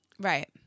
Right